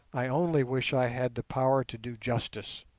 i only wish i had the power to do justice.